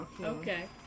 Okay